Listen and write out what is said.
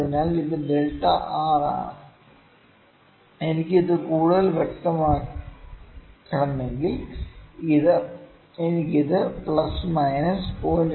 അതിനാൽ ഇത് delta r ആണ് എനിക്ക് ഇത് കൂടുതൽ വ്യക്തമാക്കണമെങ്കിൽ എനിക്ക് ഇത് പ്ലസ് മൈനസ് 0